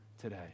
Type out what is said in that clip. today